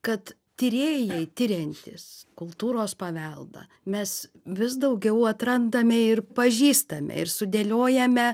kad tyrėjai tiriantys kultūros paveldą mes vis daugiau atrandame ir pažįstame ir sudėliojame